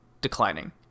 declining